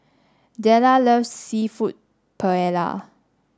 Della loves Seafood Paella